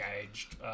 engaged